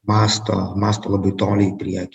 mąsto mąsto labai toli į priekį